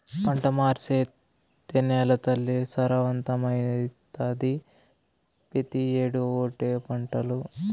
పంట మార్సేత్తే నేలతల్లి సారవంతమైతాది, పెతీ ఏడూ ఓటే పంటనా